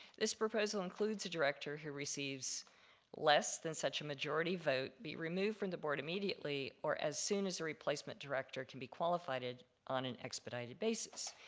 this proposal includes a director who receives less than such a majority vote be removed from the board immediately or as soon as a replacement director can be qualified on an expedited basis.